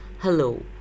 Hello